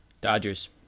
Dodgers